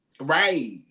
Right